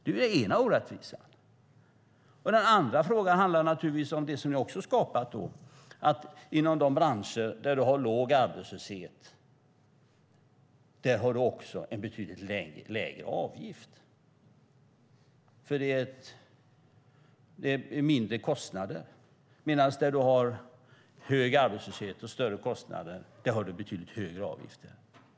Den är den ena orättvisan. Den andra orättvisan handlar om något annat som ni också har skapat, nämligen att i de branscher som har en låg arbetslöshet har man också en betydligt lägre avgift eftersom det blir mindre kostnader. Men där man har hög arbetslöshet och högre kostnader har man betydligt högre avgifter.